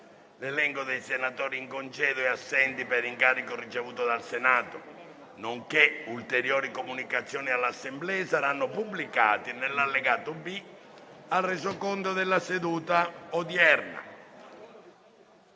L'elenco dei senatori in congedo e assenti per incarico ricevuto dal Senato, nonché ulteriori comunicazioni all'Assemblea saranno pubblicati nell'allegato B al Resoconto della seduta odierna.